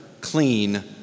clean